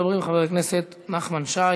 ראשון הדוברים חבר הכנסת נחמן שי.